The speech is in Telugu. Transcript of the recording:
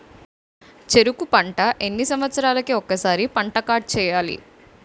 చెరుకు పంట ఎన్ని సంవత్సరాలకి ఒక్కసారి పంట కార్డ్ చెయ్యాలి?